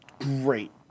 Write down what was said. great